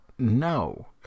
no